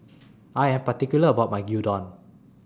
I Am particular about My Gyudon